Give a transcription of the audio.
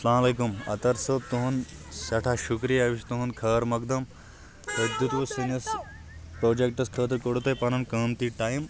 اسلامُ علیکُم عطہر صٲب تُہُنٛد سٮ۪ٹھاہ شُکریہ أسۍ چھِ تُہُنٛد خار مقدم تۄہہِ دیُتوُ سٲنِس پرٛوجکٹَس خٲطرٕ کوٚرُو تۄہہِ پنُن قۭمتی ٹایم